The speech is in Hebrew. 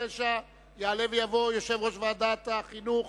התשס"ט 2009, יעלה ויבוא יושב-ראש ועדת החינוך